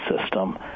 system